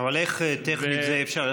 אבל איך טכנית זה אפשר?